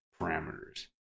parameters